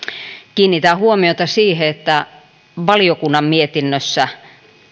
kiinnitän huomiota siihen että valiokunnan mietinnössä